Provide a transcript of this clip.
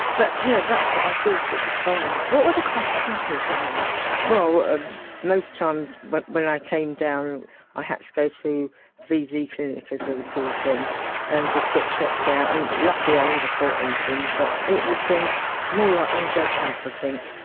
but you know that's what i thought at the time. what were the consequences of all that? well ah most times when i came down i had to go to vd clinic as they were called then and just get checked out and luckily i never caught anything but it was so more luck than judgment, i think.